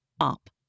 up